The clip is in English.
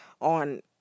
on